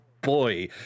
Boy